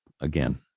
again